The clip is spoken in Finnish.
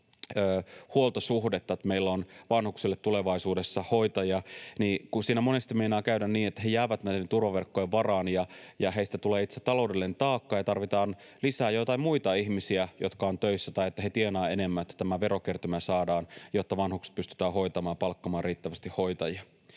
huoltosuhdetta, että meillä on vanhuksille tulevaisuudessa hoitajia, niin kuin siinä monesti meinaa käydä, että he jäävät näiden turvaverkkojen varaan ja heistä tulee itse taloudellinen taakka ja tarvitaan lisää joitain muita ihmisiä, jotka ovat töissä, tai että he tienaavat enemmän, että tämä verokertymä saadaan, jotta vanhukset pystytään hoitamaan, palkkaamaan riittävästi hoitajia.